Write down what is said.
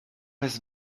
his